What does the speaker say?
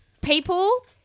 people